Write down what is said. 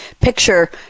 picture